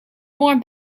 more